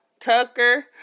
Tucker